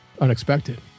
unexpected